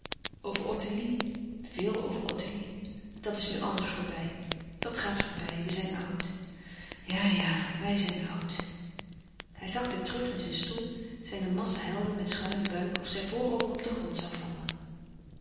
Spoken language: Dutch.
over ottilie veel over ottilie dat is nu alles voorbij dat gaat voorbij we zijn oud ja-ja wij zijn oud hij zakte terug in zijn stoel zijne massa helde met schuinen buik of zij voorover op den grond zoû vallen